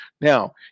Now